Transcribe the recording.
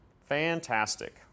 Fantastic